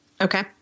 Okay